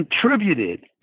contributed